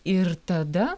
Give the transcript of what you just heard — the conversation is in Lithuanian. ir tada